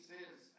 says